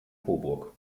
coburg